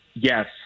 Yes